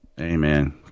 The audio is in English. Amen